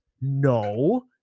No